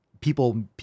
people